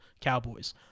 Cowboys